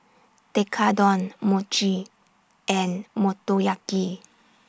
Tekkadon Mochi and Motoyaki